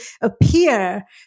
appear